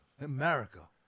America